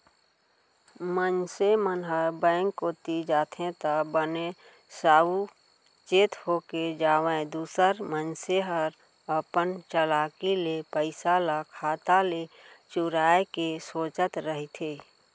मनसे मन ह बेंक कोती जाथे त बने साउ चेत होके जावय दूसर मनसे हर अपन चलाकी ले पइसा ल खाता ले चुराय के सोचत रहिथे